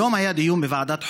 היום היה דיון בוועדת החוקה,